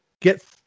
get